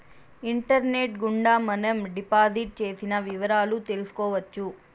internet గుండా మనం deposit చేసిన వివరాలు తెలుసుకోవచ్చు